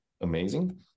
amazing